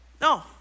No